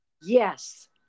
Yes